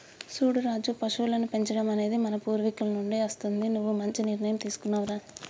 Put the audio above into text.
సూడు రాజు పశువులను పెంచడం అనేది మన పూర్వీకుల నుండి అస్తుంది నువ్వు మంచి నిర్ణయం తీసుకున్నావ్ రా